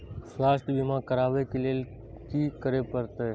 स्वास्थ्य बीमा करबाब के लीये की करै परतै?